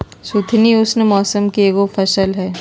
सुथनी उष्ण मौसम के एगो फसल हई